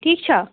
ٹھیٖک چھا